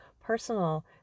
personal